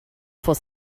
for